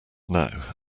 now